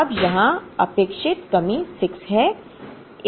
अब यहाँ अपेक्षित कमी 6 है